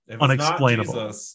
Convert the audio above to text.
unexplainable